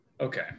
Okay